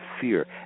fear